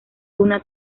una